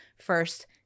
first